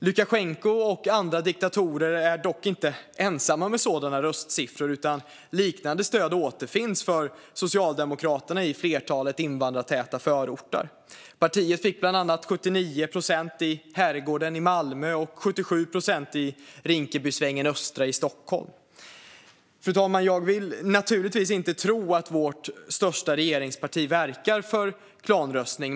Lukasjenko och andra diktatorer är dock inte ensamma med sådana röstsiffror, utan liknande stöd återfinns för Socialdemokraterna i flertalet invandrartäta förorter. Partiet fick bland annat 79 procent i Herrgården i Malmö och 77 procent i Rinkebysvängen östra i Stockholm. Fru talman! Jag vill naturligtvis inte tro att vårt största regeringsparti verkar för klanröstning.